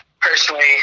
personally